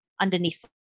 underneath